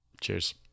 Cheers